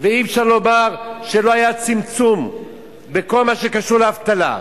ואי-אפשר לומר שלא היה צמצום בכל מה שקשור לאבטלה.